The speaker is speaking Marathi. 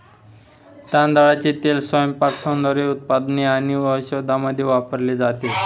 तांदळाचे तेल स्वयंपाक, सौंदर्य उत्पादने आणि औषधांमध्ये वापरले जाते